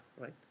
right